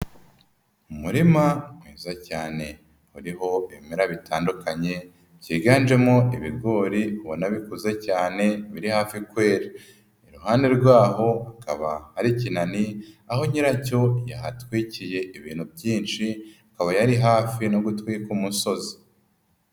Umurima mwiza cyane uriho ibimera bitandukanye byiganjemo ibigori ubona bikuze cyane biri hafi kwera, iruhande rwaho hakaba hari ikinani aho nyiracyo yahatwikiye ibintu byinshi akaba yari hafi no gutwika umusozi.